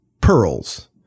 pearls